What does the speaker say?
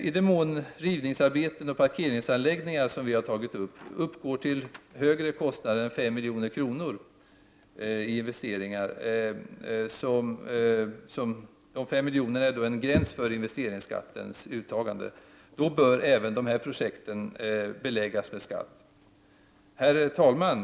I den mån rivningsarbeten och parkeringsanläggningar, som vi har tagit upp, medför högre kostnader än 5 milj.kr. i investering, som är gränsen för investeringsskattens uttagande, bör även sådana projekt beläggas med skatt. Herr talman!